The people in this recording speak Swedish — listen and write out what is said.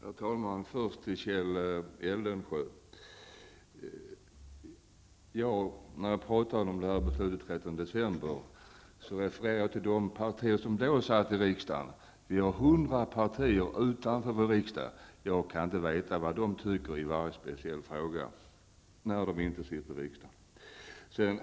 Herr talman! Jag vill först vända mig till Kjell Eldensjö. När jag talade om 13 december-beslutet refererade jag till de partier som då satt i riksdagen. Vi har hundra partier utanför riksdagen, och jag kan inte veta vad de tycker i varje speciell fråga.